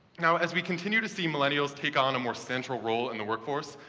now, as we continue to see millennials take on a more central role in the workforce,